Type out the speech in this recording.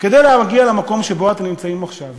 כדי להגיע למקום שבו אתם נמצאים עכשיו,